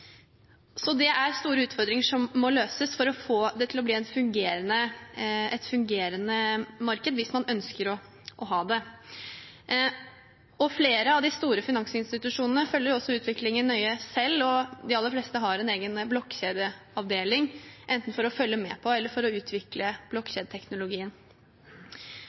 Så det er store utfordringer som må løses for å få det til å bli et fungerende marked, hvis man ønsker å ha det. Flere av de store finansinstitusjonene følger også utviklingen nøye selv, og de aller fleste har en egen blokkjedeavdeling, enten for å følge med på eller for å utvikle